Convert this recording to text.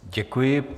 Děkuji.